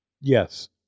Yes